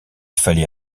fallait